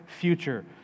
future